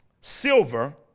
silver